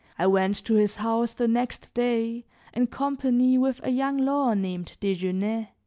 i went to his house the next day in company with a young lawyer named desgenais